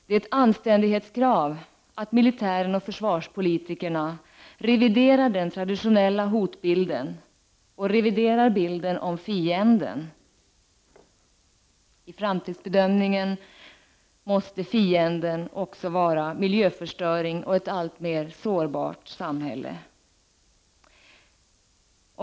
Det är ett anständighetskrav att militären och försvarspolitikerna reviderar den traditionella hotbilden och bilden av fienden — i framtidsbedömningen måste fienden också vara miljöförstöring och ett alltmer sårbart samhälle.